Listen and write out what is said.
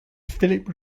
philip